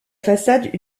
façade